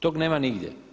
Tog nema nigdje.